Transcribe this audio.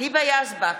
היבה יזבק,